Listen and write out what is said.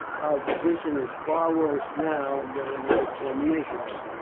position is far worse now than it was ten years ago.